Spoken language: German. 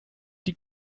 die